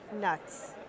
nuts